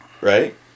right